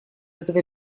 этого